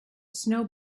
snow